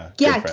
yeah.